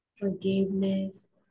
forgiveness